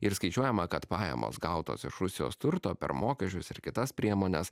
ir skaičiuojama kad pajamos gautos iš rusijos turto per mokesčius ir kitas priemones